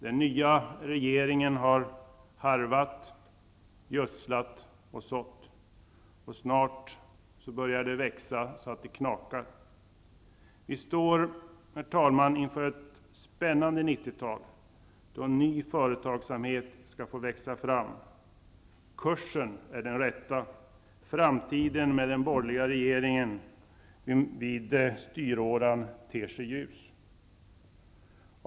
Den nya regeringen har harvat, gödslat och sått. Snart börjar det växa så att det knakar. Herr talman! Vi står inför ett spännande 90-tal då ny företagsamhet skall få växa fram. Kursen är den rätta. Framtiden med den borgerliga regeringen vid styråran ter sig ljus.